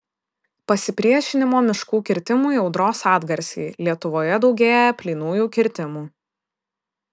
pasipriešinimo miškų kirtimui audros atgarsiai lietuvoje daugėja plynųjų kirtimų